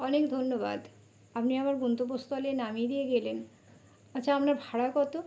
অনেক ধন্যবাদ আপনি আমার গন্তব্যস্থলে নামিয়ে দিয়ে গেলেন আচ্ছা আপনার ভাড়া কত